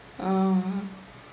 oh